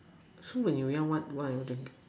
so when you are young what were you doing